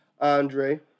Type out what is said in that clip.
Andre